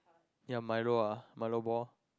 yeah Milo ah Milo ball